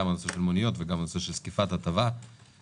גם על המוניות וגם על זקיפת הטבה ועוד